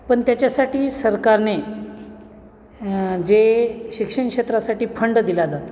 पण त्याच्यासाठी सरकारने जे शिक्षणक्षेत्रासाठी फंड दिला जातो